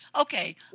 Okay